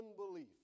unbelief